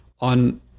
on